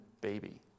baby